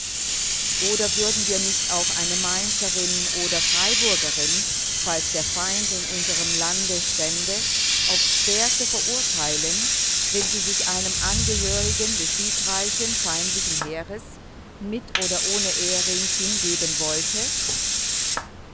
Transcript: oder würden wir nicht auch eine mainzerin oder freiburgerin falls der feind in unserm lande stände aufs schwerste verurteilen wenn sie sich einem angehörigen des siegreichen feindlichen heeres mit oder ohne ehering hingeben wollte